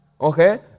Okay